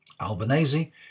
Albanese